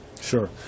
sure